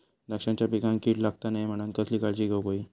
द्राक्षांच्या पिकांक कीड लागता नये म्हणान कसली काळजी घेऊक होई?